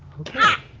okay.